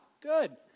Good